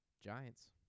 Giants